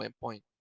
point